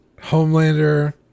Homelander